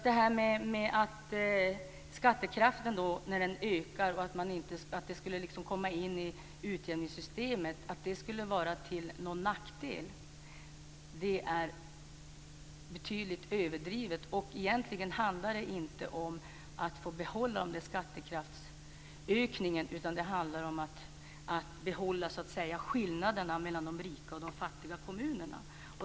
Det här med att det skulle vara till nackdel när skattekraften ökar och det kommer in i utjämningssystemet är betydligt överdrivet. Egentligen handlar det inte om att få behålla skattekraftsökningen, utan det handlar om att behålla skillnaderna mellan de rika och de fattiga kommunerna.